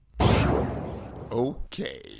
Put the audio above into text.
Okay